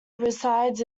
resides